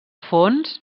fons